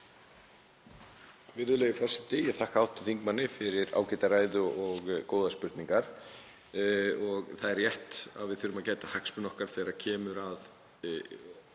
Virðulegi forseti. Ég þakka hv. þingmanni fyrir ágæta ræðu og góðar spurningar. Það er rétt að við þurfum að gæta hagsmuna okkar þegar kemur að